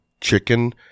chicken